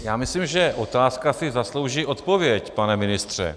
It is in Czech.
Já myslím, že otázka si zaslouží odpověď, pane ministře.